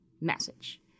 message